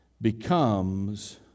becomes